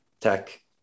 Tech